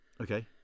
Okay